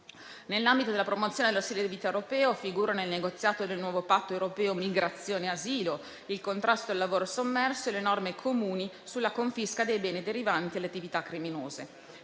Nell'ambito della promozione dello stile di vita europeo, figurano, nel negoziato del nuovo Patto europeo migrazione e asilo, il contrasto al lavoro sommerso e le norme comuni sulla confisca dei beni derivanti dalle attività criminose.